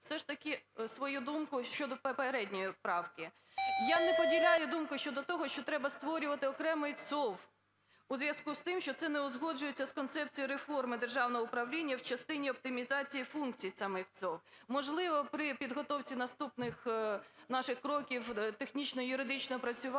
все ж таки свою думку щодо попередньої правки. Я не поділяю думку щодо того, що треба створювати окремий ЦОВВ у зв'язку з тим, що це не узгоджується з концепцією реформи державного управління в частині оптимізації функцій саме ЦОВВ. Можливо, при підготовці наступних наших кроків, технічного і юридичного опрацювання,